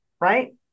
right